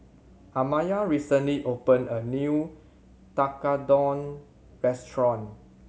Amaya recently opened a new Tekkadon restaurant